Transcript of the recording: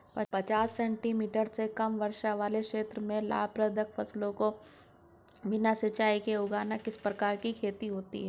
पचास सेंटीमीटर से कम वर्षा वाले क्षेत्रों में लाभप्रद फसलों को बिना सिंचाई के उगाना किस प्रकार की खेती है?